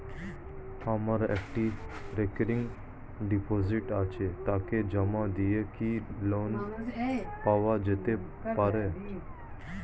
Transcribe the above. আমার একটি recurring deposit আছে তাকে জমা দিয়ে কি লোন পাওয়া যেতে পারে?